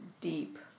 deep